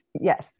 yes